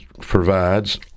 provides